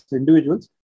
individuals